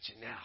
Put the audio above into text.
now